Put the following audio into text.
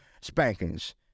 spankings